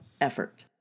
effort